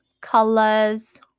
colors